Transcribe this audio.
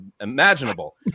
imaginable